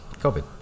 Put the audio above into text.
COVID